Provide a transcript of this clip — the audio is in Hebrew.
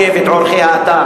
אדוני היושב-ראש,